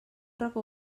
racó